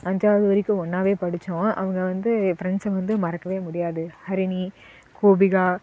அஞ்சாவது வரைக்கும் ஒன்னாகவே படித்தோம் அவங்க வந்து என் ஃப்ரண்ட்ஸை வந்து மறக்கவே முடியாது ஹரிணி கோபிகா